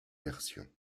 version